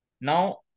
now